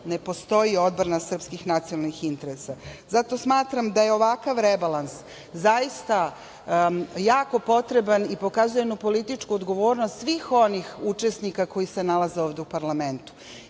ne postoji odbrana srpskih nacionalnih interesa. Zato smatram da je ovakav rebalans zaista jako potreban i pokazuje jednu političku odgovornost svih onih učesnika koji se nalaze ovde u parlamentu. Kada